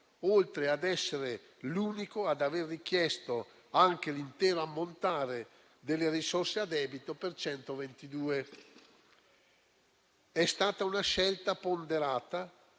oltre ad essere l'unico ad aver richiesto anche l'intero ammontare delle risorse a debito per 122 miliardi. È stata una scelta ponderata,